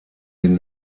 den